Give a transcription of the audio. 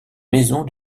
maison